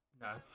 no